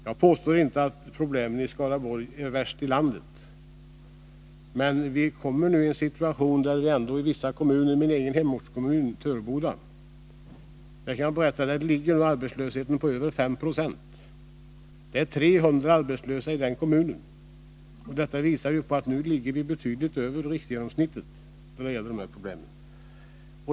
Jag påstår därmed inte att problemen i Skaraborgs län är de värsta i landet, men vi kommer nu ändå i en situation där arbetslösheten i vissa kommuner — såsom i min egen hemortskommun Töreboda - ligger på över 5 70. Det är 300 arbetslösa i den kommunen. Detta visar att vi nu ligger betydligt över riksgenomsnittet när det gäller de här problemen.